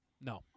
No